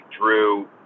Drew